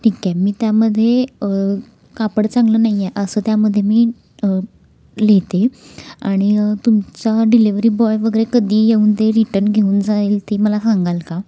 ठीक आहे मी त्यामध्ये कापड चांगलं नाही आहे असं त्यामध्ये मी लिहिते आणि तुमचा डिलेवरी बॉय वगैरे कधी येऊन ते रिटर्न घेऊन जाईल ते मला सांगाल का